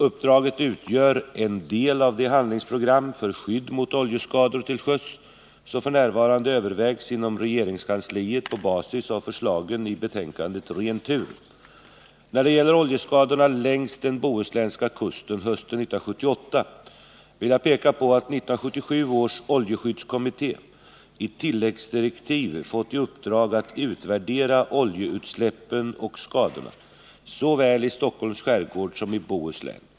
Uppdraget utgör en del av det handlingsprogram för skydd mot oljeskador till sjöss som f. n. övervägs inom regeringskansliet på basis av förslagen i betänkandet Ren tur. När det gäller oljeskadorna längs den bohuslänska kusten hösten 1978 vill jag peka på att 1977 års oljeskyddskommitté i tilläggsdirektiv fått i uppdrag att utvärdera oljeutsläppen och skadorna såväl i Stockholms skärgård som i Bohuslän.